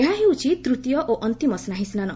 ଏହା ହେଉଛି ତୃତୀୟ ଓ ଅନ୍ତିମ ସାହିସ୍ନାନ